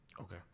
Okay